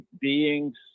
beings